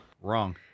Wrong